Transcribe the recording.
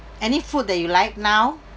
any food that you like now